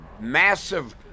massive